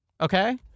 okay